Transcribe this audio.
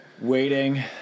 Waiting